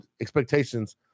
expectations